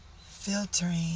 filtering